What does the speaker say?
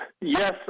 Yes